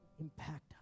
impact